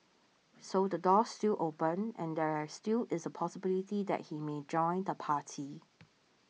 so the door's still open and there still is a possibility that he may join the party